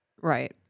Right